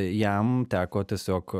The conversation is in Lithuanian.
jam teko tiesiog